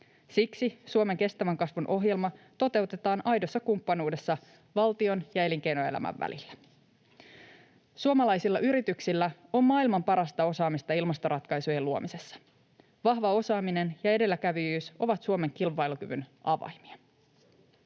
Siksi Suomen kestävän kasvun ohjelma toteutetaan aidossa kumppanuudessa valtion ja elinkeinoelämän välillä. Suomalaisilla yrityksillä on maailman parasta osaamista ilmastoratkaisujen luomisessa. Vahva osaaminen ja edelläkävijyys ovat Suomen kilpailukyvyn avaimia.